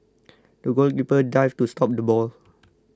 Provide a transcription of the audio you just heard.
the goalkeeper dived to stop the ball